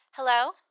hello